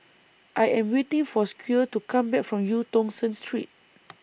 I Am waiting For Squire to Come Back from EU Tong Sen Street